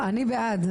אני בעד.